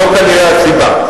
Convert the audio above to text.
זאת כנראה הסיבה.